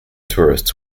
tourists